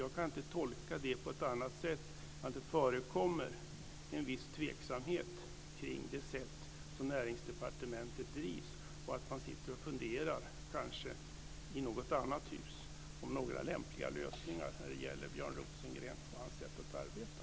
Jag kan inte tolka det på annat sätt än att det förekommer en viss tveksamhet kring det sätt som Näringsdepartementet drivs och att man i något annat hus kanske sitter och funderar på några lämpliga lösningar när det gäller Björn Rosengren och hans sätt att arbeta.